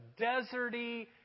deserty